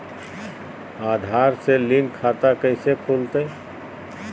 आधार से लिंक खाता कैसे खुलते?